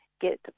get